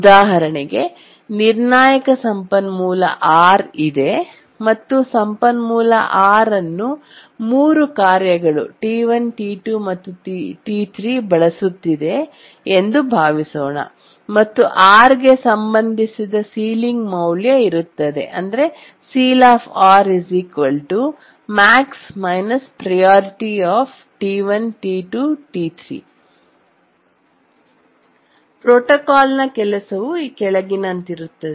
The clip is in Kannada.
ಉದಾಹರಣೆಗೆ ನಿರ್ಣಾಯಕ ಸಂಪನ್ಮೂಲ R ಇದೆ ಮತ್ತು ಸಂಪನ್ಮೂಲ R ಅನ್ನು 3 ಕಾರ್ಯಗಳು T1 T2 ಮತ್ತು T3 ಬಳಸುತ್ತಿದೆ ಎಂದು ಭಾವಿಸೋಣ ಮತ್ತು R ಗೆ ಸಂಬಂಧಿಸಿದ ಸೀಲಿಂಗ್ ಮೌಲ್ಯ ಇರುತ್ತದೆ Ceilmax−prioT1 T2 T3 ಪ್ರೋಟೋಕಾಲ್ನ ಕೆಲಸವು ಈ ಕೆಳಗಿನಂತಿರುತ್ತದೆ